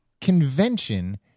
convention